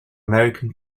american